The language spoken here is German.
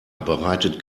bereitet